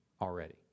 already